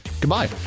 Goodbye